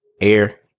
air